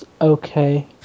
okay